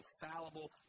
fallible